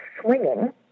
swinging